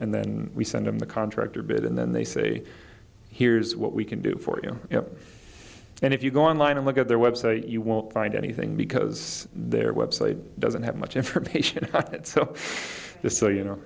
and then we send in the contractor bit and then they say here's what we can do for you and if you go online and look at their website you won't find anything because their website doesn't have much information so just so you know